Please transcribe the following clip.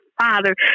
Father